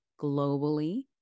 globally